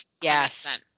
Yes